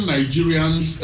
Nigerians